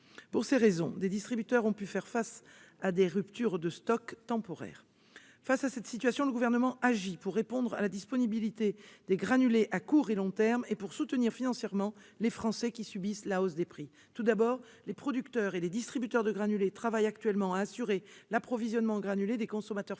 Pour ces raisons, certains distributeurs ont pu faire face à des ruptures de stock temporaires. Face à cette situation, le Gouvernement agit pour garantir la disponibilité des granulés à court et long termes et pour soutenir financièrement les Français qui subissent la hausse des prix. Les producteurs et les distributeurs de granulés travaillent actuellement à assurer l'approvisionnement en granulés des consommateurs français